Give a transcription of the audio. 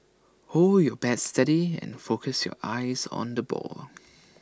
hold your bat steady and focus your eyes on the ball